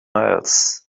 else